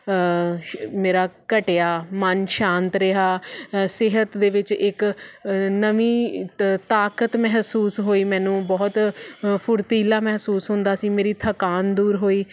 ਮੇਰਾ ਘਟਿਆ ਮਨ ਸ਼ਾਂਤ ਰਿਹਾ ਸਿਹਤ ਦੇ ਵਿੱਚ ਇੱਕ ਨਵੀਂ ਤ ਤਾਕਤ ਮਹਿਸੂਸ ਹੋਈ ਮੈਨੂੰ ਬਹੁਤ ਫੁਰਤੀਲਾ ਮਹਿਸੂਸ ਹੁੰਦਾ ਸੀ ਮੇਰੀ ਥਕਾਨ ਦੂਰ ਹੋਈ